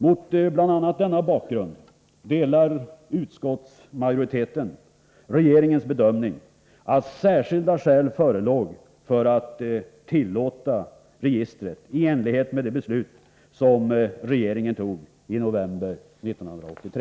Mot bl.a. denna bakgrund delar utskottsmajoriteten regeringens bedömning att särskilda skäl förelåg för att tillåta registren i enlighet med det beslut regeringen fattade i november 1983.